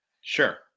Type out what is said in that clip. Sure